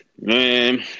Man